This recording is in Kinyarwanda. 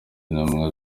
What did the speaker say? ntumwa